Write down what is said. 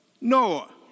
Noah